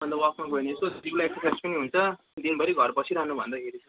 अन्त वकमा गयो भने यसो जिउलाई रिफ्रेस पनि हुन्छ दिनभरि घर बसिरहनु भन्दाखेरि